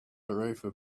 tarifa